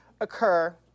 occur